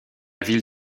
ville